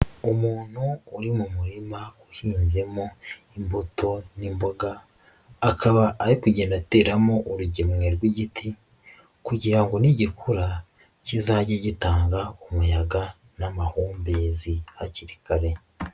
Umuntu uri mu murima uhinzemo imbuto n'imboga, akaba ari kugenda ateramo urugemwe rw'igiti kugira ngo nigikura kizage gitanga umuyaga n'amahumbezi hakiri kare.